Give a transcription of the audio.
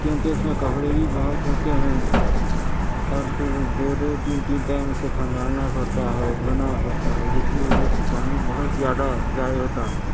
کیونکہ اس میں کپڑے بھی بہت ہوتے ہیں اور پھر دو دو تین تین ٹائم اسے کھنگالنا پڑتا ہے دھونا پڑتا ہے جس کی وجہ سے پانی بہت زیادہ ضائع ہوتا ہے